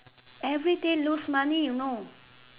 everyday lose money you know